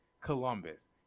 Columbus